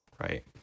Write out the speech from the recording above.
right